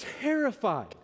terrified